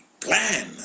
plan